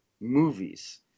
movies